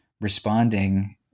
responding